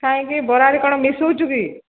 କାାଇଁକି ବରାରେ କ'ଣ ମିସ୍ ହଉଚୁ କି